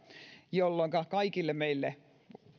jolloinka kaikille meille